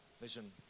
Vision